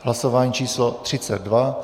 Hlasování číslo 32.